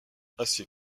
assez